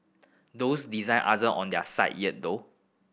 those design aren't on their site yet though